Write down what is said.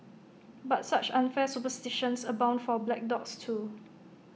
but such unfair superstitions abound for black dogs too